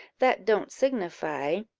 that don't signify,